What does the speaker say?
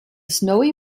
snowy